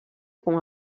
com